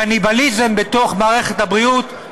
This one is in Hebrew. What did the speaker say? קניבליזם בתוך מערכת הבריאות,